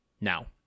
now